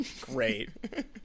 Great